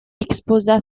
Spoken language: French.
exposa